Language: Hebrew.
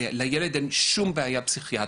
ולילד אין שום בעיה פסיכיאטרית,